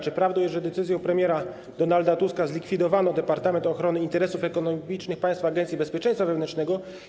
Czy prawdą jest, że decyzją premiera Donalda Tuska zlikwidowano Departament Ochrony Interesów Ekonomicznych Państwa w Agencji Bezpieczeństwa Wewnętrznego?